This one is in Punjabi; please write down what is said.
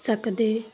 ਸਕਦੇ